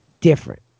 different